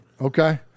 Okay